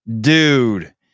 Dude